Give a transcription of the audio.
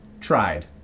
tried